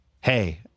Hey